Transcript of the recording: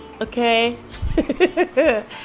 okay